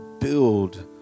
build